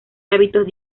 hábitos